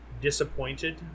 disappointed